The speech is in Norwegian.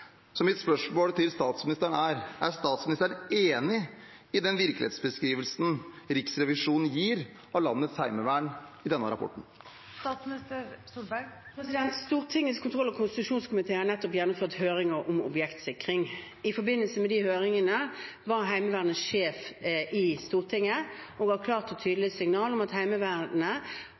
Så mitt spørsmål til statsministeren er: Er statsministeren enig i den virkelighetsbeskrivelsen Riksrevisjonen gir av landets heimevern i denne rapporten? Stortingets kontroll- og konstitusjonskomité har nettopp gjennomført høringer om objektsikring. I forbindelse med de høringene var Heimevernets sjef i Stortinget og ga et klart og tydelig signal om at Heimevernet